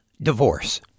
divorce